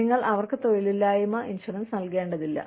നിങ്ങൾ അവർക്ക് തൊഴിലില്ലായ്മ ഇൻഷുറൻസ് നൽകേണ്ടതില്ല